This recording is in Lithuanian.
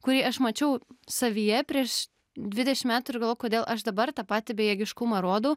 kurį aš mačiau savyje prieš dvidešim metų ir galvoju kodėl aš dabar tą patį bejėgiškumą rodau